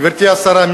גברתי השרה,